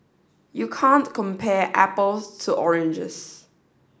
you can't compare apples to oranges